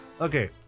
Okay